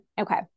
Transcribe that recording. Okay